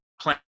plan